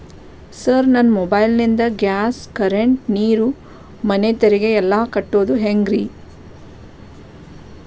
Sir ನನ್ನ mobile ನಿಂದ gas, current, ನೇರು, ಮನೆ ತೆರಿಗೆ ಎಲ್ಲಾ ಕಟ್ಟೋದು ಹೆಂಗ್ರಿ?